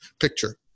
picture